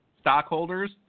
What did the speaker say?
stockholders